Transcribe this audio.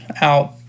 out